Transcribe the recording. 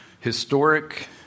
historic